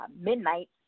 midnight